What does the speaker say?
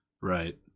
Right